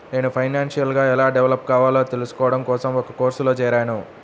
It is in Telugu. నేను ఫైనాన్షియల్ గా ఎలా డెవలప్ కావాలో తెల్సుకోడం కోసం ఒక కోర్సులో జేరాను